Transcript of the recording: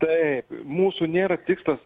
taip mūsų nėra tikslas